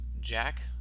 Jack